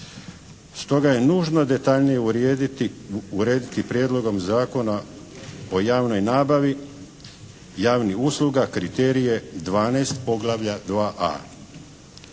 Stoga je nužno detaljnije urediti Prijedlogom Zakona po javnoj nabavi javnih usluga kriterije 12